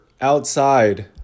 outside